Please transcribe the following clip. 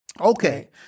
Okay